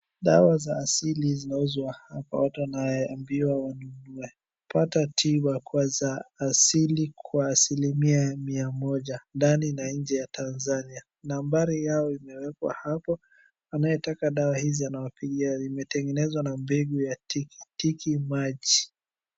Dawa za asili zinauzwa hapa, watu wanaambiwa wanunue. Pata tiba kwanza asili kwa asilimia ya mia moja, ndani na nje ya Tanzania. Nambari yao imewekwa hapo, anayetaka dawa hizi anawapigia. Imetengenezwa na mbegu ya tiki, tiki maji.